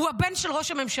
הוא הבן של ראש הממשלה.